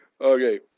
Okay